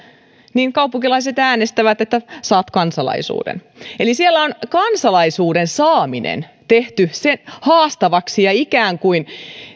niin kaupunkilaiset äänestävät että saat kansalaisuuden eli siellä on kansalaisuuden saaminen tehty haastavaksi ja ikään kuin